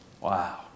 Wow